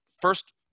first